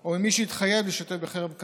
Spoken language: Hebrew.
או ממי שהתחייב להשתתף בחרם כאמור,